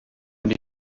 and